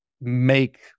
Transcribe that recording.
make